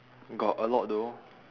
got a lot though